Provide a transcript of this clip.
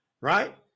right